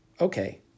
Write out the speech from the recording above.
Okay